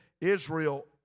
Israel